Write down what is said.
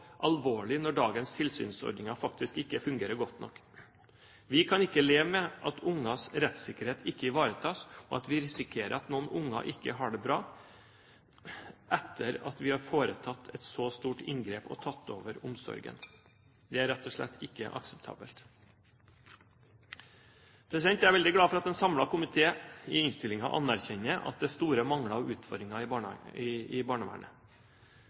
alvorlig inngrep, er det alvorlig når dagens tilsynsordninger faktisk ikke fungerer godt nok. Vi kan ikke leve med at barns rettssikkerhet ikke ivaretas, og at vi risikerer at noen barn ikke har det bra etter at man har foretatt et så stort inngrep som å overta omsorgen. Det er rett og slett ikke akseptabelt. Jeg er veldig glad for at en samlet komité i innstillingen anerkjenner at det er store mangler og utfordringer i barnevernet.